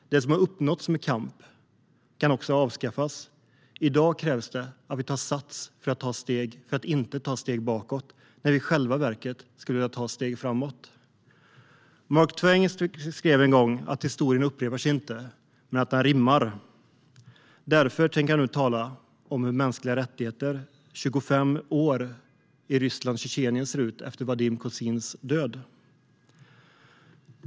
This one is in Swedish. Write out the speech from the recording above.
Det som har uppnåtts genom kamp kan avskaffas. I dag krävs det att vi tar sats för att inte ta ett steg bakåt fast vi i själva verket skulle vilja ta ett steg framåt. Mark Twain skrev en gång att historien inte upprepar sig, men den rimmar. Därför tänker jag nu tala om läget för de mänskliga rättigheterna i Ryssland och Tjetjenien 25 år efter Vadim Kozins död.